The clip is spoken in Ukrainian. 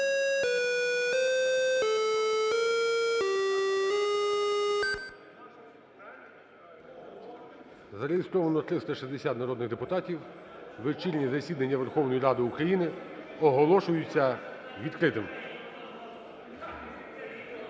Зареєстровано 360 народних депутатів. Вечірнє засідання Верховної Ради України оголошується відкритим.